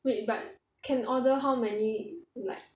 wait but can order how many like